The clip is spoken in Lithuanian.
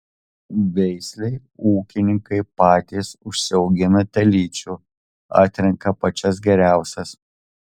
veislei ūkininkai patys užsiaugina telyčių atrenka pačias geriausias